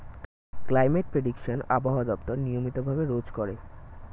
climate prediction আবহাওয়া দপ্তর নিয়মিত ভাবে রোজ করে